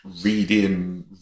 reading